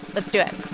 let's do it